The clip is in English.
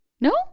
No